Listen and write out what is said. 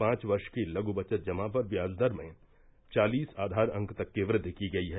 पांच वर्ष की लघ् बचत जमा पर ब्याज दर में चालिस आधार अंक तक की वृद्धि की गई है